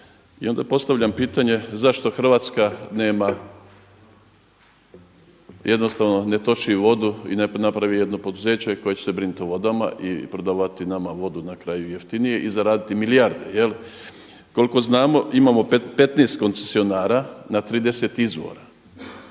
I onda postavljam pitanje, zašto Hrvatska nema jednostavno ne toči vodu i napravi jedno poduzeće koje će se brinuti o vodama i prodavati nama vodu na kraju jeftinije i zaraditi milijarde jel. Koliko znamo imamo 15 koncesionara na 30 izvora.